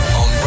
on